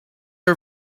are